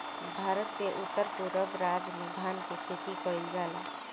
भारत के उत्तर पूरब राज में धान के खेती कईल जाला